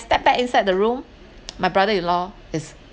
stepped back inside the room my brother in law is